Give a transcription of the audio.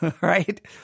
right